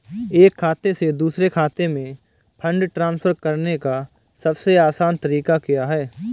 एक खाते से दूसरे खाते में फंड ट्रांसफर करने का सबसे आसान तरीका क्या है?